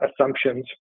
assumptions